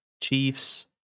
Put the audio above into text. Chiefs